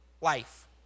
life